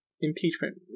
impeachment